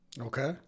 Okay